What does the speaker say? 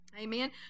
Amen